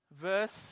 Verse